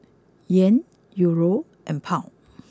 Yen Euro and Pound